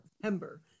September